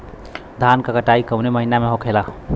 धान क कटाई कवने महीना में होखेला?